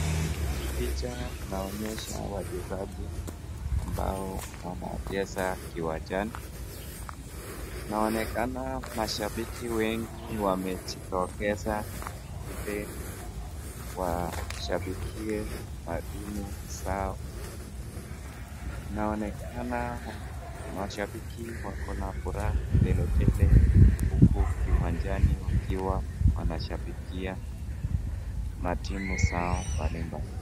Hii picha inaonyesha wachezaji ambao wanacheza uwanjani, inaonekana mashabiki wengi wamejitokeza ili washabikie matimu zao, inaonekana mashabiki wako na furaha tele tele huku kiwanjani wakiwa wanashabikia matimu zao mbalimbali.